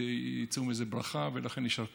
תצא ברכה, ולכן, יישר כוח.